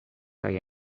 kaj